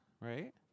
Right